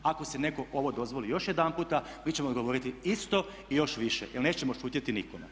Ako si netko ovo dozvoli još jedanputa mi ćemo odgovoriti isto i još više, jer nećemo šutjeti nikome.